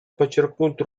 подчеркнуть